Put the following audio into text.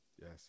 Yes